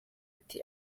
ati